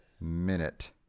Minute